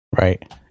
Right